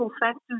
factors